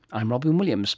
i'm robyn williams